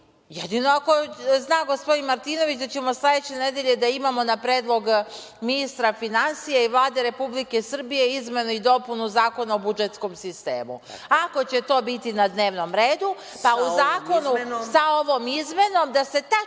jedino ako zna gospodin Martinović da ćemo sledeće nedelje da imamo na predlog ministra finansija i Vlade Republike Srbije izmene i dopunu Zakona o budžetskom sistemu. Ako će to biti na dnevnom redu, sa ovom izmenom, da se tačno